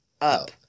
up